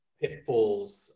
pitfalls